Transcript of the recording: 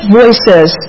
voices